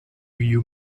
you